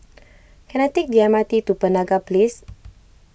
can I take the M R T to Penaga Place